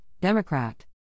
Democrat